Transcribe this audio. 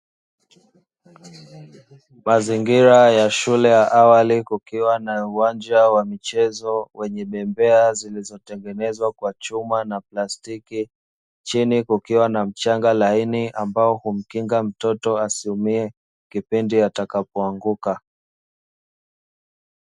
Mazingira ya shule yaa awali kukiwa na uwanja wa michezo, wenye bembea zilizotengenezwa kwa chuma na plastiki chini kukiwa na mchanga laini ambao humkinga mtoto asiumie kipindi atakapoanguka.